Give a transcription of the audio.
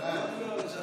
------ 2020